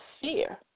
fear